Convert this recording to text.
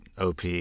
OP